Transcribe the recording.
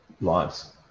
lives